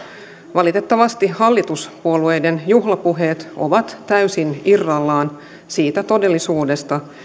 valitettavasti hallituspuolueiden juhlapuheet ovat täysin irrallaan siitä todellisuudesta